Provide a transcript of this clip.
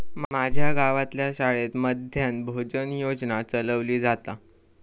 माज्या गावातल्या शाळेत मध्यान्न भोजन योजना चलवली जाता